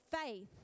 faith